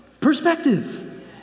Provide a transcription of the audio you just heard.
perspective